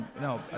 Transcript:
No